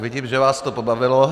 Vidím, že vás to pobavilo.